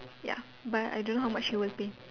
ya but I don't know how much he will pay